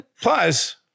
plus